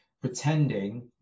pretending